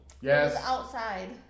Yes